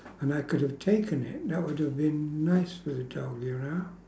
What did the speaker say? and I could have taken it that would have been nice for the dog you know